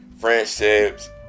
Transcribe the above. friendships